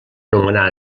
nomenar